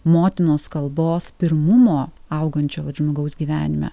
motinos kalbos pirmumo augančio vat žmogaus gyvenime